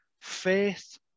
faith